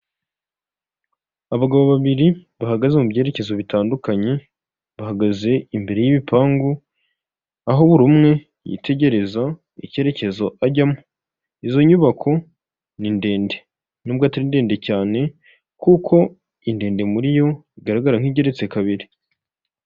Abagabo babiri bahagaze mu byerekezo bitandukanye, bahagaze imbere y'ibipangu, aho buri umwe yitegereza icyerekezo ajyamo. Izo nyubako ni ndende. Nubwo atari ndende cyane, kuko indende muri yo igaragara nk'igeretse kabiri.